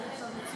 אין מתנגדים,